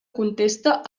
contesta